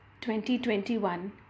2021